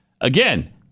Again